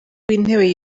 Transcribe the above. w’intebe